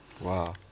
Wow